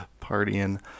partying